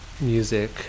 music